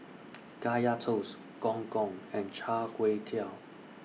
Kaya Toast Gong Gong and Char Kway Teow